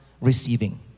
receiving